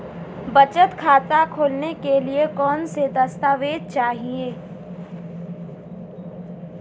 बचत खाता खोलने के लिए कौनसे दस्तावेज़ चाहिए?